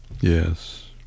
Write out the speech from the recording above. Yes